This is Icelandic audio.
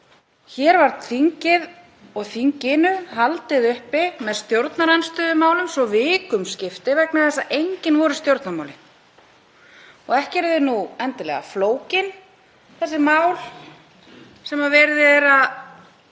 Hér var þinginu haldið uppi með stjórnarandstöðumálum svo vikum skipti vegna þess að engin voru stjórnarmálin og ekki eru þau nú endilega flókin þessi mál sem verið er að